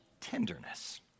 tenderness